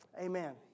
Amen